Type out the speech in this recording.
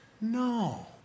no